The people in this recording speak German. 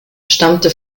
stammte